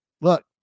look